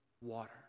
water